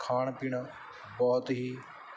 ਖਾਣਾ ਪੀਣਾ ਬਹੁਤ ਹੀ